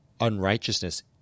unrighteousness